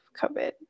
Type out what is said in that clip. COVID